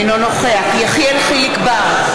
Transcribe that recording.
אינו נוכח יחיאל חיליק בר,